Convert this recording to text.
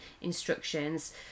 instructions